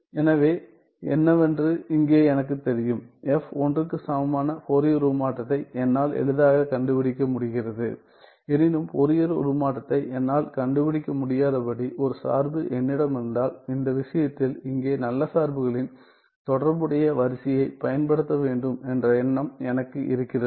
எனவே என்னவென்று இங்கே எனக்குத் தெரியும் f ஒன்றுக்கு சமமான ஃபோரியர் உருமாற்றத்தை என்னால் எளிதாகக் கண்டுபிடிக்க முடிகிறது எனினும் ஃபோரியர் உருமாற்றத்தை என்னால் கண்டுபிடிக்க முடியாதபடி ஒரு சார்பு என்னிடம் இருந்தால் இந்த விஷயத்தில் இங்கே நல்ல சார்புகளின் தொடர்புடைய வரிசையைப் பயன்படுத்த வேண்டும் என்ற எண்ணம் எனக்கு இருக்கிறது